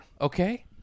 Okay